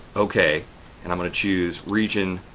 ok and i'm going to choose region,